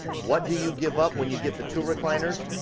what do you give up when you get the two recliners?